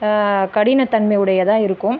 கடினத்தன்மை உடையதாக இருக்கும்